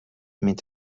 mit